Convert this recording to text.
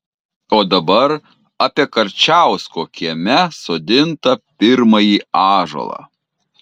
o dabar apie karčiausko kieme sodintą pirmąjį ąžuolą